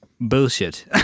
Bullshit